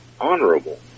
honorable